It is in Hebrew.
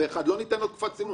לאחר לא ניתן תקופת צינון?